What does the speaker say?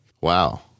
Wow